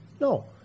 No